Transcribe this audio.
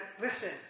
listen